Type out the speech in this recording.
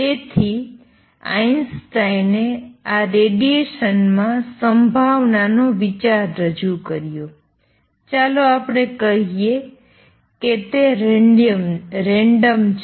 તેથી આઈન્સ્ટાઈને આ રેડિએશનમાં સંભાવના નો વિચાર રજૂ કર્યો ચાલો આપણે કહીએ કે તે રેન્ડમ છે